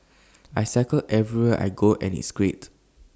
I cycle everywhere I go and it's great